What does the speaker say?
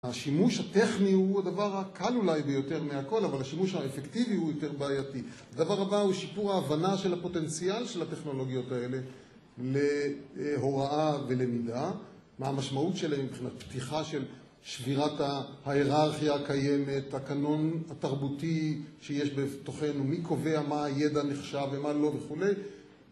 השימוש הטכני הוא הדבר הקל אולי ביותר מהכל, אבל השימוש האפקטיבי הוא יותר בעייתי. הדבר הבא הוא שיפור ההבנה של הפוטנציאל של הטכנולוגיות האלה להוראה ולמידה. מה המשמעות שלהם מבחינת פתיחה של שבירת ההיררכיה הקיימת, הקנון התרבותי שיש בתוכנו, מי קובע, מה הידע נחשב ומה לא וכו'.